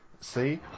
see